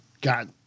got